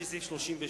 לפי סעיף 36,